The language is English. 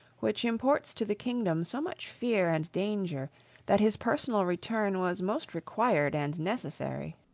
which imports to the kingdom so much fear and danger that his personal return was most required and necessary.